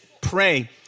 pray